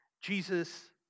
Jesus